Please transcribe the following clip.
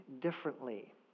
differently